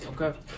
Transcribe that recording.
okay